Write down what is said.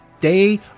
day